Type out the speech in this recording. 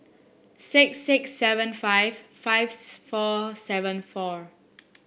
six six seven five five four seven four